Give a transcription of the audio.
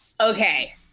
Okay